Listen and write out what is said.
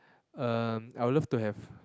um I would love to have